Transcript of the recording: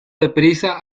deprisa